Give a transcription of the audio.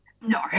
no